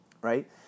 right